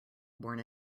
born